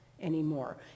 anymore